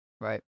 Right